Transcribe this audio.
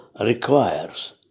requires